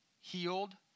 Healed